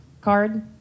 card